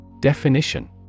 Definition